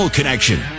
Connection